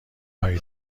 هایی